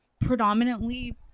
predominantly